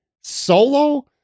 solo